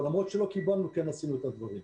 אבל למרות שלא קיבלנו כן עשינו את הדברים.